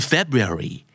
February